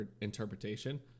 interpretation